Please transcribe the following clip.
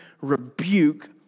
rebuke